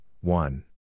one